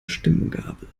stimmgabel